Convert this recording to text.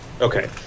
okay